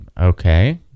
okay